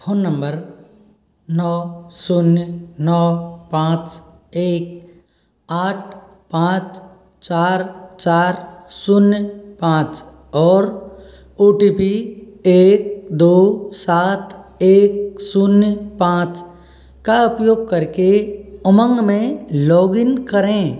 phone number नौ शून्य नौ पाँच एक आठ पॉंच चार चार शून्य पाँच और ओटीपी एक दो सात एक शून्य पाँच का उपयोग करके उमंग में लॉगिन करें